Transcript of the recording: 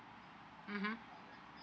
mmhmm